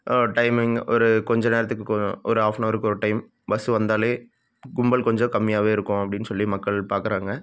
timing ஒரு கொஞ்சம் நேரத்துக்கு கொ ஒரு ஆஃப் ஆன் அவருக்கு ஒரு டைம் பஸ்ஸு வந்தாலே கும்பல் கொஞ்சம் கம்மியாகவே இருக்கும் அப்படின்னு சொல்லி மக்கள் பார்க்கறாங்க